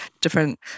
different